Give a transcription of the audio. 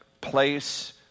place